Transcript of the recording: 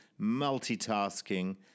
multitasking